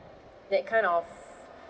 that kind of